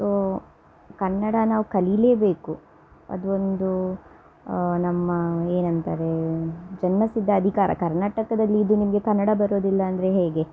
so Kannada ನಾವು ಕಲೀಲೇ ಬೇಕು ಅದು ಒಂದೂ ನಮ್ಮ ಏನಂತಾರೇ ಜನ್ಮಸಿದ್ದ ಅಧಿಕಾರ ಕರ್ನಾಟಕದಲ್ಲಿ ಇದ್ದು ನಿಮಗೆ ಕನ್ನಡ ಬರೋದಿಲ್ಲ ಅಂದರೆ ಹೇಗೆ